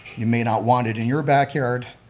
you may not want it in your backyard,